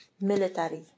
military